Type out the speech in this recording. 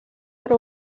per